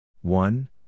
one